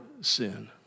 sin